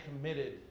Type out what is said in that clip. committed